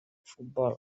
futbol